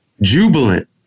jubilant